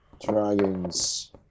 Dragons